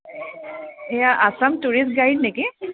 এয়া Assam tourist guide নেকি